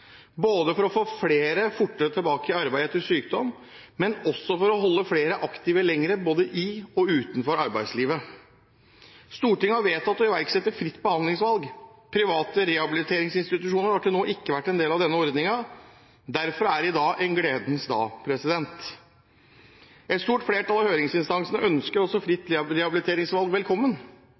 både for å få flere fortere tilbake i arbeid etter sykdom og for å holde flere aktive lenger, både i og utenfor arbeidslivet. Stortinget har vedtatt å iverksette fritt behandlingsvalg. Private rehabiliteringsinstitusjoner har til nå ikke vært en del av denne ordningen. Derfor er det i dag en gledens dag. Et stort flertall av høringsinstansene ønsker også fritt rehabiliteringsvalg velkommen.